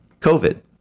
covid